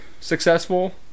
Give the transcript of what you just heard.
successful